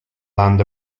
land